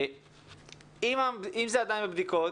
אם זה עדיין בבדיקות,